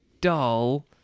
dull